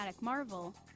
marvel